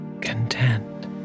content